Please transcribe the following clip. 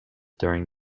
during